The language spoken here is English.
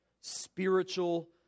spiritual